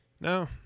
no